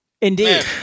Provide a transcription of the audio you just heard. Indeed